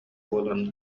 буолан